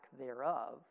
thereof